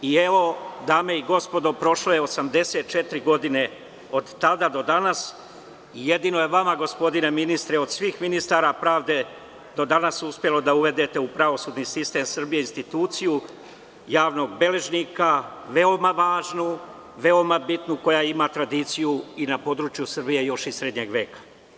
Evo, dame i gospodo, prošlo je 84 godine od tada do danas i jedino je vama gospodine ministre od svih ministara pravde do danas uspelo da uvedete u pravosudni sistem Srbije instituciju javnog beležnika, veoma važnu, veoma bitnu koja ima tradiciju na području Srbije još iz srednjeg veka.